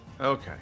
Okay